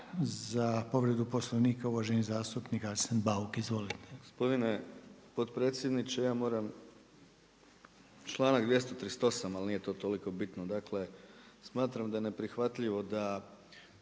za povredu Poslovnika uvaženi zastupnik Arsen Bauk. Izvolite. **Bauk, Arsen (SDP)** Gospodine potpredsjedniče, ja moram članak 238. ali nije to toliko bitno. Dakle, smatram da je neprihvatljivo da